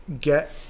get